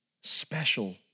special